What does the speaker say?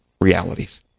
realities